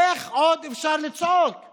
איך עוד אפשר לצעוק?